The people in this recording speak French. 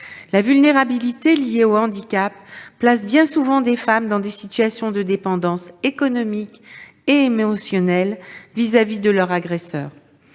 La vulnérabilité liée au handicap place bien souvent les femmes dans des situations de dépendance économique et émotionnelle vis-à-vis de leur agresseur.